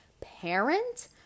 parent